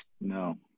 no